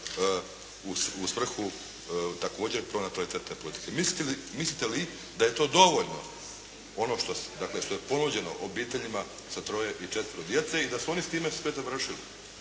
u svrhu također pronatalitetne politike. Mislite li da je to dovoljno, ono dakle ono što je ponuđeno obiteljima sa troje i četvero djece i da su oni s time sve završili.